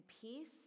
peace